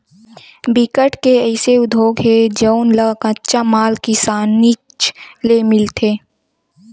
बिकट के अइसे उद्योग हे जउन ल कच्चा माल किसानीच ले मिलथे